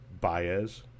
Baez